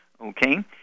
okay